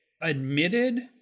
admitted